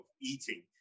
eating